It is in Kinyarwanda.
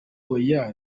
oya